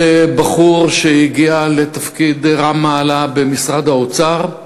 בחור שהגיע לתפקיד רם מעלה במשרד האוצר,